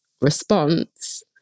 response